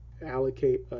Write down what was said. allocate